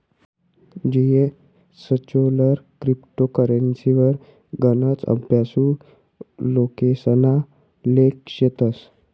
जीएसचोलर क्रिप्टो करेंसीवर गनच अभ्यासु लोकेसना लेख शेतस